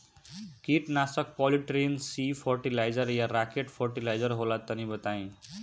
कीटनाशक Polytrin C forty four या Rocket forty four होला तनि बताई?